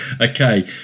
Okay